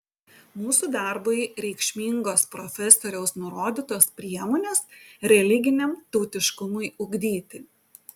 mūsų darbui reikšmingos profesoriaus nurodytos priemonės religiniam tautiškumui ugdyti